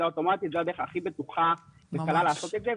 אוטומטית זו הדרך הבטוחה והקלה לעשות את זה.